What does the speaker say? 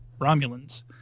Romulans